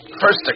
first